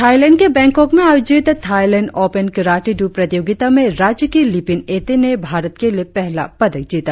Thailand के Bangkok में आयोजित थाइलैंड ओपन कराते डू प्रतियोगिता में राज्य की लिपिन एटे ने भारत के लिए पहला पदक जीता